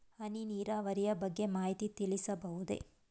ಹನಿ ನೀರಾವರಿಯ ಬಗ್ಗೆ ಮಾಹಿತಿ ತಿಳಿಸಬಹುದೇ?